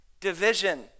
division